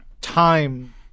time